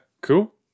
Cool